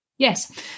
Yes